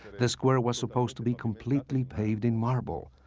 the square was supposed to be completely paved in marble.